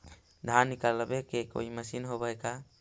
धान निकालबे के कोई मशीन होब है का?